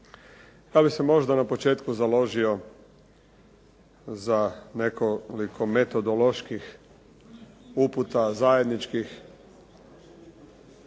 Ja bih se možda na početku založio za nekoliko metodoloških uputa zajedničkih